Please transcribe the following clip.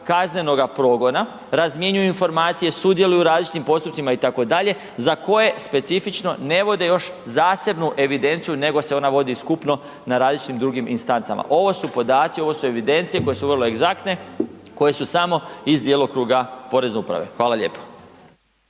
kaznenoga progona, razmjenjuju informacije, sudjeluju u različitim postupcima, itd., za koje specifično ne vode još zasebnu evidenciju nego se ona vodi skupno na različitim drugim instancama. Ovo su podaci, ovo su evidencije koje su vrlo egzaktne, koje su samo iz djelokruga porezne uprave. Hvala lijepo.